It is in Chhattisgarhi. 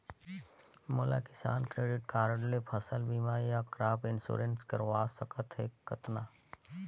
मोला किसान क्रेडिट कारड ले फसल बीमा या क्रॉप इंश्योरेंस करवा सकथ हे कतना?